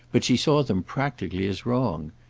but she saw them practically as wrong.